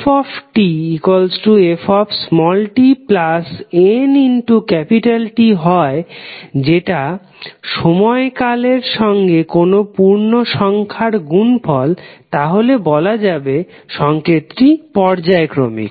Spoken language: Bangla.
fftnT হয় যেটা সময় কালের সঙ্গে কোন পূর্ণ সংখ্যার গুণফল তাহলে বলা যাবে সংকেতটি পর্যায়ক্রমিক